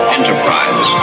Enterprise